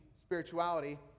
Spirituality